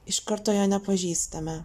iš karto jo nepažįstame